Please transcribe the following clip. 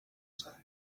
say